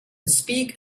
speak